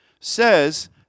says